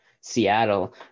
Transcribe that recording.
Seattle